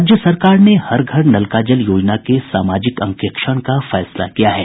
राज्य सरकार ने हर घर नल का जल योजना के सामाजिक अंकेक्षण का फैसला किया है